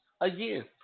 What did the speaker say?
again